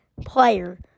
player